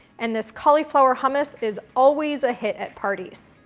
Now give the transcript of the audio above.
and this cauliflower hummus is always a hit at parties.